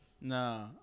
No